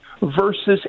versus